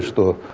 the